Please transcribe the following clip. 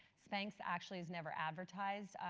spanx actually has never advertised.